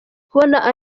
kubona